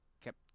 kept